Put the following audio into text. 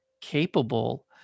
capable